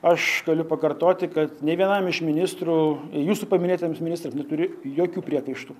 aš galiu pakartoti kad nei vienam iš ministrų jūsų paminėtiems ministrams neturiu jokių priekaištų